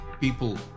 people